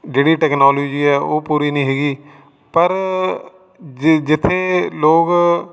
ਜਿਹੜੀ ਟੈਕਨੋਲਜੀ ਹੈ ਉਹ ਪੂਰੀ ਨਹੀਂ ਹੈਗੀ ਪਰ ਜਿੱਥੇ ਲੋਕ